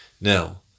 Now